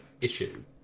issue